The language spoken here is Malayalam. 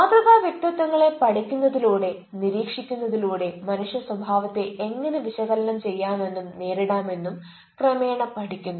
മാതൃക വ്യക്തിത്വങ്ങളെ പഠിക്കുന്നതിലൂടെ നിരീക്ഷിക്കുന്നതിലൂടെ മനുഷ്യ സ്വഭാവത്തെ എങ്ങനെ വിശകലനം ചെയ്യാമെന്നും നേരിടാമെന്നും ക്രമേണ പഠിക്കുന്നു